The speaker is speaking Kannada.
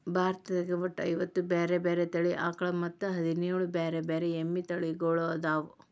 ಭಾರತದಾಗ ಒಟ್ಟ ಐವತ್ತ ಬ್ಯಾರೆ ಬ್ಯಾರೆ ತಳಿ ಆಕಳ ಮತ್ತ್ ಹದಿನೇಳ್ ಬ್ಯಾರೆ ಬ್ಯಾರೆ ಎಮ್ಮಿ ತಳಿಗೊಳ್ಅದಾವ